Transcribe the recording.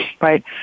right